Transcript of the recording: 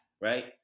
right